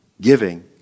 giving